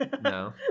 no